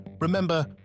Remember